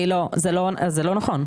זה לא נכון.